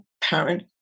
parent